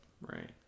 right